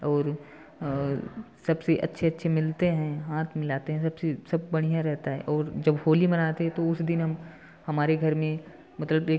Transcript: और सबसे अच्छे अच्छे मिलते हैं हाथ मिलाते हैं सबसे सब बढ़िया रहता है और जब होली मनाते हैं तो उस दिन हम हमारे घर में मतलब एक